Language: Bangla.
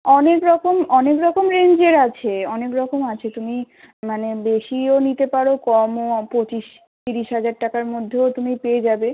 অনেক রকম অনেক রকম রেঞ্জের আছে অনেক রকম আছে তুমি মানে বেশিও নিতে পারো কমও পঁচিশ তিরিশ হাজার টাকার মধ্যেও তুমি পেয়ে যাবে